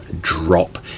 drop